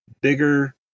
bigger